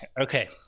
okay